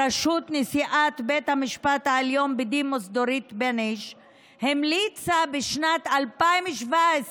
בראשות נשיאת בית המשפט העליון בדימוס דורית בייניש המליצה בשנת 2017